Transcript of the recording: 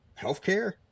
healthcare